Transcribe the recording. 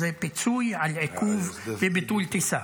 זה פיצוי על עיכוב וביטול טיסה.